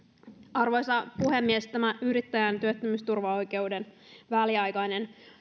arvoisa puhemies tämä yrittäjän työttömyysturvaoikeuden väliaikainen